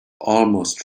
almost